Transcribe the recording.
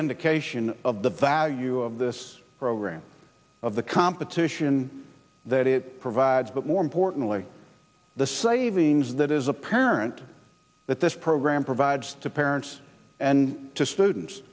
indication of the value of this program of the competition that it provides but more importantly the savings that is apparent that this program provides to parents and to students